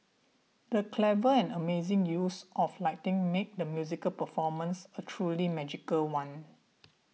the clever and amazing use of lighting made the musical performance a truly magical one